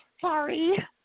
Sorry